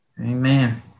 Amen